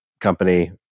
company